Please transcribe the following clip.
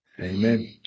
Amen